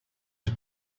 the